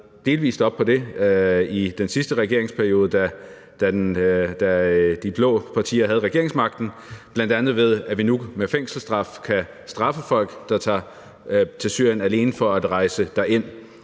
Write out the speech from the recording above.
delvis op på det i den sidste regeringsperiode, da de blå partier havde regeringsmagten, bl.a. ved at vi nu med fængselsstraf kan straffe folk, der tager til Syrien alene for at rejse derind.